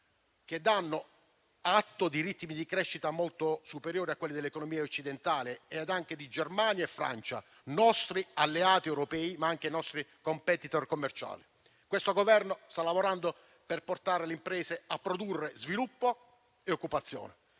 che danno atto di ritmi di crescita molto superiori a quelli dell'economia occidentale e anche di Germania e Francia, nostri alleati europei ma anche nostri *competitor* commerciali. Questo Governo sta lavorando per portare le imprese a produrre sviluppo e occupazione